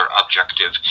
objective